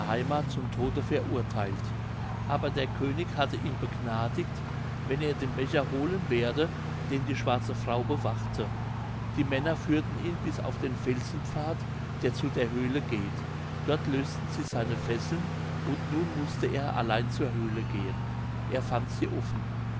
heimath zum tode verurtheilt aber der könig hatte ihn begnadigt wenn er den becher holen werde den die schwarze frau bewachte die männer führten ihn bis auf den felsenpfad der zu der höhle geht dort löseten sie seine fesseln und nun mußte er allein zur höhle gehen er fand sie offen